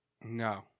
No